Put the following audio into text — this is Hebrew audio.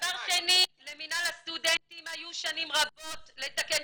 דבר שני למינהל הסטודנטים היו שנים רבות לתקן,